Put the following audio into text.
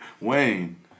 Wayne